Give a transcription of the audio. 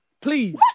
please